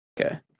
Okay